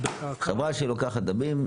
חברה שלוקחת דמים,